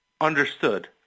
Understood